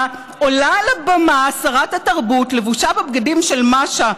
עולה על הבמה שרת התרבות לבושה בבגדים של מאשה,